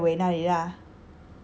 十一月尾那里 ah